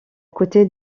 coûté